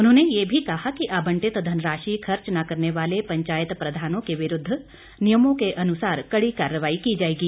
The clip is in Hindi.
उन्होंने ये भी कहा कि आवंटित धनराशि खर्च न करने वाले पंचायत प्रधानों के विरूद्व नियमों के अनुसार कड़ी कार्रवाई की जाएगी